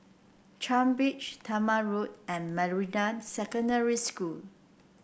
Changi Beach Talma Road and Meridian Secondary School